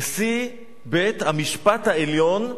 לנשיא בית-המשפט העליון.